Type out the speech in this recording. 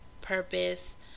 purpose